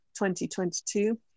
2022